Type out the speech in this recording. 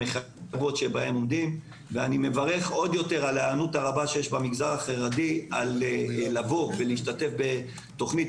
ואני מברך עוד יותר על ההיענות הרבה שיש במגזר החרדי להשתתפות בבדיקות